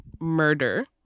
murder